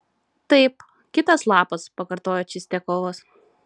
taip kitas lapas pakartojo čistiakovas